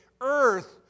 earth